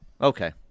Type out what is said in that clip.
Okay